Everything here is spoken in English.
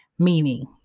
Meaning